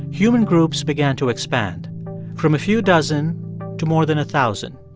human groups began to expand from a few dozen to more than a thousand.